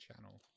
channel